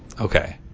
Okay